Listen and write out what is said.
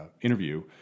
interview